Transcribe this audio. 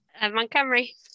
Montgomery